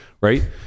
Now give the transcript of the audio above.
right